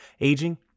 aging